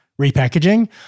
repackaging